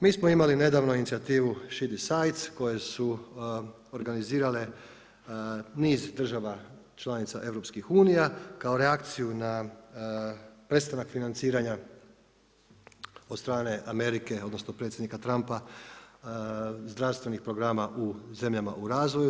Mi smo imali nedavno inicijativu „She decides“ koje su organizirale niz država članica Europskih unija kao reakciju na prestanak financiranja od strane Amerike, odnosno predsjednika Trumpa, zdravstvenih programa u zemljama u razvoju.